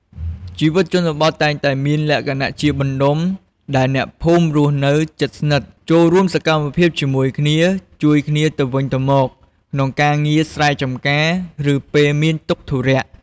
ជីវិតជនបទតែងតែមានលក្ខណៈជាបណ្ដុំ ដែលអ្នកភូមិរស់នៅជិតស្និទ្ធ ចូលរួមសកម្មភាពជាមួយគ្នា ជួយគ្នាទៅវិញទៅមកក្នុងការងារស្រែចម្ការ ឬពេលមានទុក្ខធុរៈ។